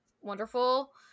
wonderful